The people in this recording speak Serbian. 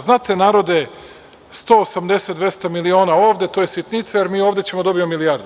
Znate narode 180, 200 miliona ovde to je sitnica, jer mi ovde ćemo da dobijemo milijardu.